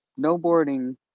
Snowboarding